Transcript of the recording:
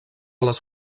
les